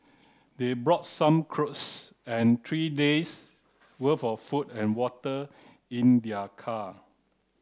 they brought some clothes and three days' worth of food and water in their car